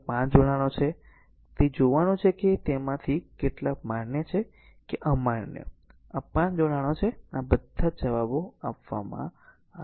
તેથી આ ત્યાં 5 જોડાણો છે તે જોવાનું છે કે તેમાંથી કેટલા માન્ય છે કે અમાન્ય આ 5 જોડાણો છે અને બધા જવાબો આપવામાં આવ્યા છે